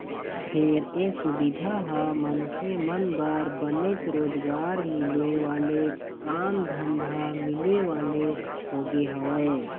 फेर ये सुबिधा ह मनखे मन बर बनेच रोजगार मिले वाले काम धंधा मिले वाले होगे हवय